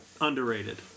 underrated